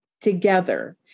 together